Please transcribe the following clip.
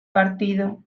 partido